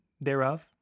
thereof